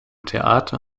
theater